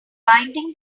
binding